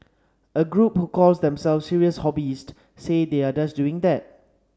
a group who calls themselves serious hobbyists say they are doing just that